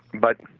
but